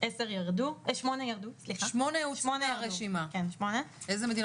שזה לא משנה מה המדינה מדווחת על עצמה